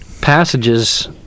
passages